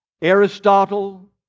Aristotle